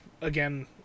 again